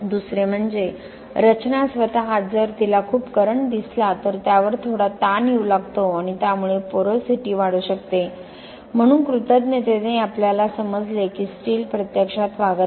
दुसरे म्हणजे रचना स्वतःच जर तिला खूप करंट दिसला तर त्यावर थोडा ताण येऊ लागतो आणि त्यामुळे पोरोसिटी वाढू शकते म्हणून कृतज्ञतेने आपल्याला समजले की स्टील प्रत्यक्षात वागत नाही